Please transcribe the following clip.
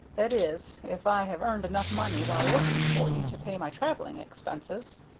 that is, if i have earned enough money while working for you to pay my travelling expenses.